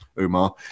Umar